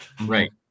right